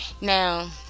Now